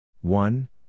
One